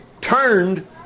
turned